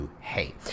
hey